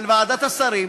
של ועדת השרים,